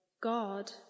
God